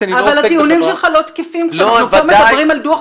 הטיעונים שלך לא תקפים כשמדברים על דו"ח